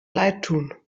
leidtun